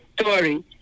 story